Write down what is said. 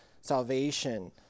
salvation